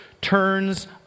turns